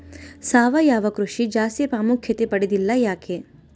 ಸಾವಯವ ಕೃಷಿ ಜಾಸ್ತಿ ಪ್ರಾಮುಖ್ಯತೆ ಪಡೆದಿಲ್ಲ ಯಾಕೆ?